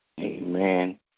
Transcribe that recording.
Amen